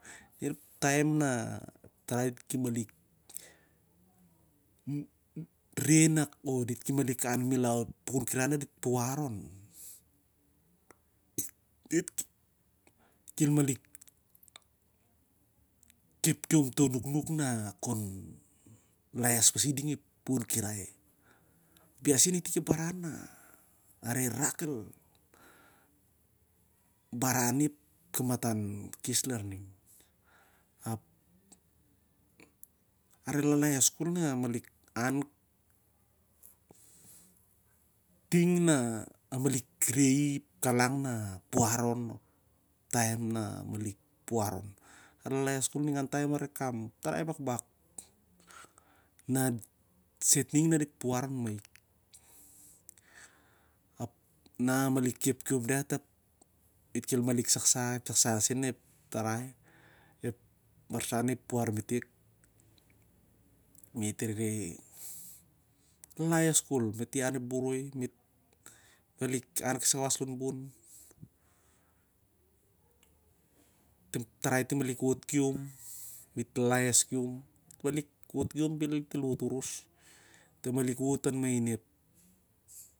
Ep taem na ep tarai dit ki malik reh nak dit ki an milau a pukun kirai na dit puar on ap dit kel malik khep khiom to nuknuk na kon lalaes pasi ding a pukun kirai ap iau sen itik ep baran na areh rak al baran i ep tan khes larning. Areh lalaes khol na malik inan kating na malik rehi ep kalang na puar on, onep taem na malik puar on. Areh lalaes khol ap ningan taem areh kam ep tarai bakbak siatning na diat puar an malik ap na almalik khep kiom diat, ap dit el sahsah sen ep tarai onep barsan na i puar metek. Me't rere, lalaes khol. Me't re ian ep boroi, me't reh inan kasai kawas lon bon. Ep tarai dit el malik whot khiom. Dit el whot, bhet dit el whot oros, dit el whot main malik ep-